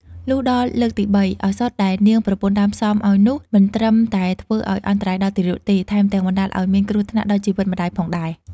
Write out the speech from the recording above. លុះដល់លើកទី ៣ ឱសថដែលនាងប្រពន្ធដើមផ្សំឲ្យនោះ មិនត្រឹមតែធ្វើឲ្យអន្តរាយដល់ទារកទេ ថែមទាំងបណ្តាលឲ្យមានគ្រោះថ្នាក់ដល់ជីវិតម្តាយផងដែរ។